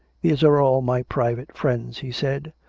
these are all my private friends, he said,